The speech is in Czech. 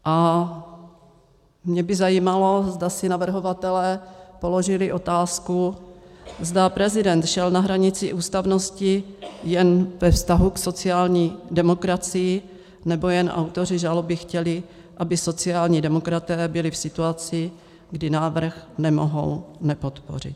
A mě by zajímalo, zda si navrhovatelé položili otázku, zda prezident šel na hranici ústavnosti jen ve vztahu k sociální demokracii, nebo jen autoři žaloby chtěli, aby sociální demokraté byli v situaci, kdy návrh nemohou nepodpořit.